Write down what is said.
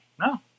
No